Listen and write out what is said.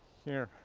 here.